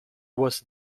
was